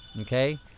okay